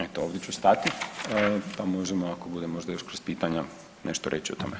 Eto, ovdje ću stati, pa možemo ako bude možda još kroz pitanja nešto reći o tome.